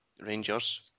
Rangers